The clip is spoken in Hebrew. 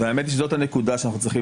והאמת היא שזאת הנקודה שאנחנו צריכים